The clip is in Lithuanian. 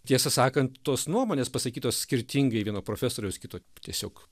tiesą sakant tos nuomonės pasakytos skirtingai vieno profesoriaus kito tiesiog